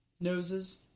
Noses